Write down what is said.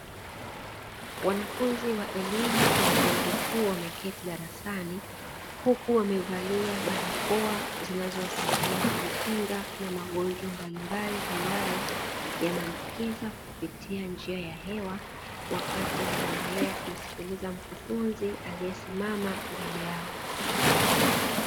Wanafunzi wa elimu ya chuo kikuu wameketi darasani huku wamevalia barakoa zinazowakinga na magonjwa mbalimbali, ambayo yanaambukiza kupitia njia ya hewa wakati wanaendelea kusikiliza mkufunzi aliyesimama mbele yao.